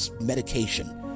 medication